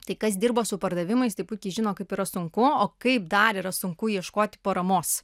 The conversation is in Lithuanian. tai kas dirbo su pardavimais tai puikiai žino kaip yra sunku o kaip dar yra sunku ieškoti paramos